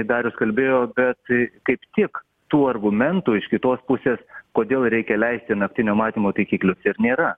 darius kalbėjo bet kaip tik tų argumentų iš kitos pusės kodėl reikia leisti naktinio matymo taikiklius ir nėra